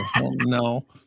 No